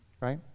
Right